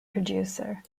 producer